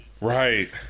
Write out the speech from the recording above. right